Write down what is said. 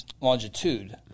longitude